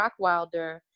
Rockwilder